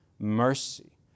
mercy